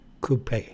Coupe